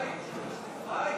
אם כן,